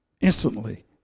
instantly